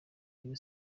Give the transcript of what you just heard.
rayon